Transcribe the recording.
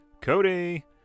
Cody